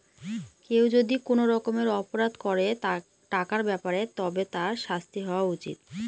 কেউ যদি কোনো রকমের অপরাধ করে টাকার ব্যাপারে তবে তার শাস্তি হওয়া উচিত